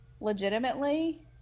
legitimately